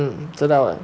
mm 知道了